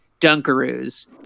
Dunkaroos